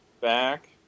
back